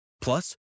Plus